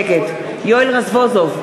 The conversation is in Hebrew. נגד יואל רזבוזוב,